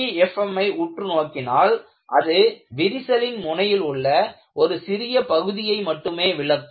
LEFM ஐ உற்று நோக்கினால் அது விரிசலின் முனையில் உள்ள ஒரு சிறிய பகுதியை மட்டுமே விளக்கும்